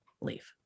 leave